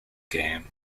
game